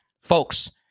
Folks